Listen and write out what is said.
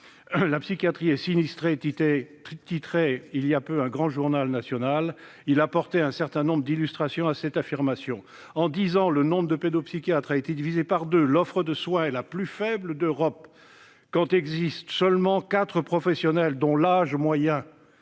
La psychiatrie est sinistrée », titrait il y a peu un grand journal national, en apportant un certain nombre d'illustrations à cette affirmation. En dix ans, le nombre de pédopsychiatres a été divisé par deux. L'offre de soins est la plus faible d'Europe. On compte seulement quatre professionnels, dont l'âge moyen